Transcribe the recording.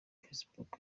facebook